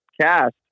cast